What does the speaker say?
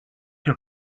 your